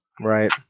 Right